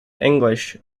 english